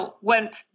went